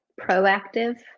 proactive